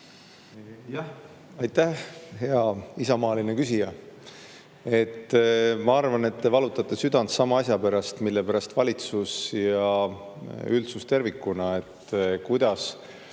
Aitäh, hea isamaaline küsija! Ma arvan, et te valutate südant sama asja pärast, mille pärast ka valitsus ja üldsus tervikuna – kuidas